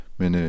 men